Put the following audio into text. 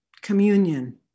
communion